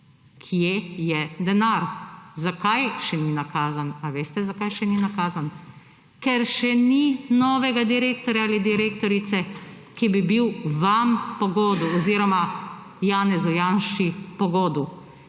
Kje je denar? Zakaj še ni nakazan? A veste zakaj še ni nakazan? Ker še ni novega direktorja ali direktorice, ki bi bil vam po godu oziroma Janezu Janši po godu.